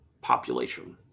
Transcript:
population